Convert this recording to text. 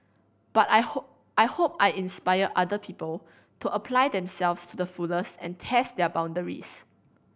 but I hope I hope I inspire other people to apply themselves to the fullest and test their boundaries